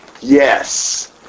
Yes